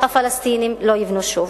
הפלסטינים לא יבנו שוב.